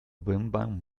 birnbaum